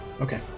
Okay